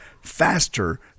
faster